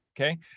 okay